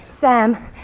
Sam